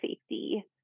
safety